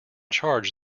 charge